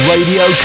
Radio